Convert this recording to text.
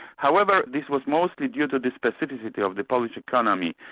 however this was mostly due to the specificity of the polish economy,